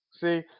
see